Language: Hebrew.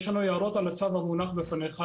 יש לנו הערות על הצו המונח בפניך,